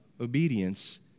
obedience